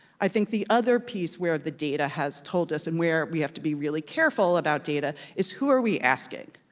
i think the other piece where the data has told us and where we have to be really careful about data is who are we asking?